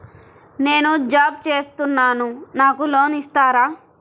నేను జాబ్ చేస్తున్నాను నాకు లోన్ ఇస్తారా?